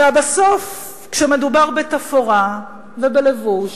ובסוף, כשמדובר בתפאורה ובלבוש,